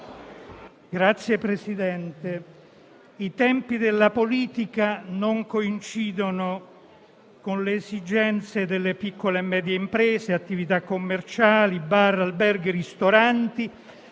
Signor Presidente, i tempi della politica non coincidono con le esigenze delle piccole e medie imprese, delle attività commerciali, di bar, alberghi e ristoranti